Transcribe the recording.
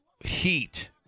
heat